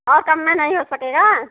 और कम में नहीं हो सकेगा